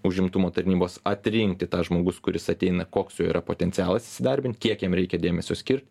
užimtumo tarnybos atrinkti tą žmogus kuris ateina koks jo yra potencialas įsidarbint kiek jam reikia dėmesio skirt